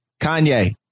Kanye